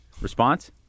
Response